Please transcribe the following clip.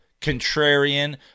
contrarian